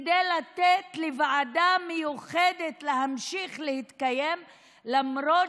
מכשירים אנרכיה, למה